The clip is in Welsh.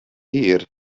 hir